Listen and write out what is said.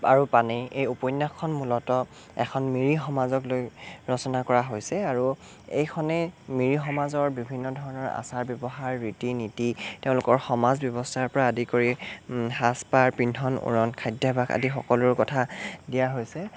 আৰু পানেইৰ এই উপন্যাসখন মূলত এখন মিৰি সমাজক লৈ ৰচনা কৰা হৈছে আৰু এইখনেই মিৰি সমাজৰ বিভিন্ন ধৰণৰ আচাৰ ব্যৱহাৰ ৰীতি নীতি তেওঁলোকৰ সমাজ ব্যৱস্থাৰপৰা আদি কৰি সাজপাৰ পিন্ধন উৰণ খাদ্যভ্যাস আদি সকলোৰ কথা দিয়া হৈছে